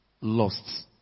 lost